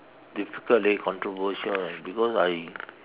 difficult leh controversial leh because I